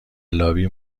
لابی